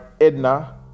Edna